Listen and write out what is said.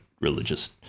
religious